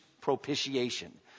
propitiation